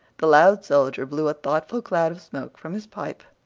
the loud soldier blew a thoughtful cloud of smoke from his pipe.